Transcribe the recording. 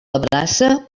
abraça